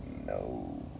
No